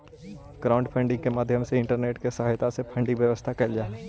crowdfunding के माध्यम से इंटरनेट के सहायता से फंडिंग के व्यवस्था कैल जा हई